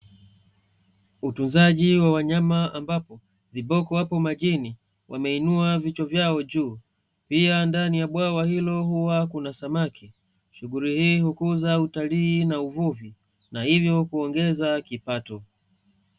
Utunzaji wa wanyama, ambapo viboko wapo majini wameinua vichwa vyao juu. Pia ndani ya bwawa hilo huwa kuna samaki, shughuli hii hukuza utalii na uvuvi, na hivyo kuongeza kipato.